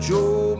Joe